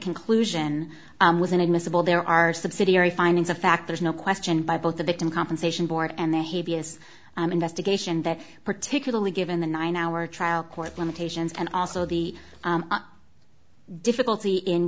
conclusion was inadmissible there are subsidiary findings of fact there's no question by both the victim compensation board and the heaviest investigation that particularly given the nine hour trial court limitations and also the difficulty in